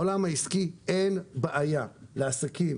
בעולם העסקי אין בעיה לעסקים